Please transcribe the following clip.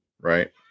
right